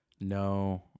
no